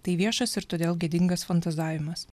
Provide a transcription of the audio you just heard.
tai viešas ir todėl gėdingas fantazavimas